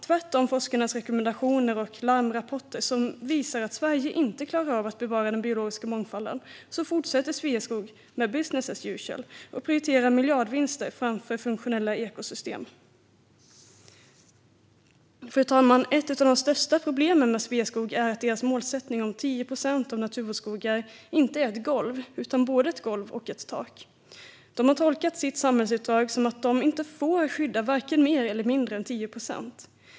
Tvärtemot forskarnas rekommendationer och larmrapporter, som visar att Sverige inte klarar av att bevara den biologiska mångfalden, fortsätter Sveaskog med business as usual och prioriterar miljardvinster framför funktionella ekosystem. Fru talman! Ett av de största problemen med Sveaskog är att deras målsättning om 10 procent naturvårdsskogar inte är ett golv utan både ett golv och ett tak. De har tolkat sitt samhällsuppdrag som att de inte får skydda vare sig mer eller mindre än 10 procent.